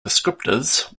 descriptors